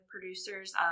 producers